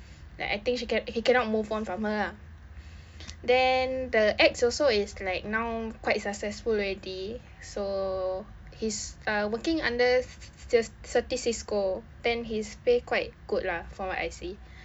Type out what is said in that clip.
like I think she he cannot move on from her lah then the ex also is like now quite successful already so he's uh working under cer~ certis cisco then his pay quite good lah from what I see